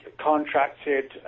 contracted